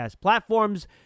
platforms